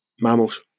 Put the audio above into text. mammals